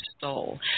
soul